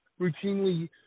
routinely